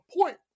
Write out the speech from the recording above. point